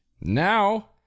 now